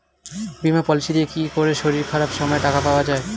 বীমা পলিসিতে কি করে শরীর খারাপ সময় টাকা পাওয়া যায়?